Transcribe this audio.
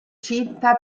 cinta